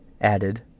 added